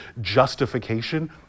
justification